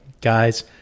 guys